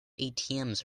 atms